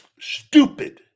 Stupid